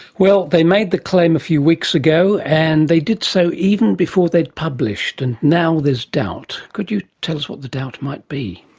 well, they made the claim a few weeks ago and they did so even before they'd published, and now there is doubt. could you tell us what the doubt might be?